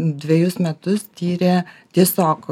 dvejus metus tyrė tiesiog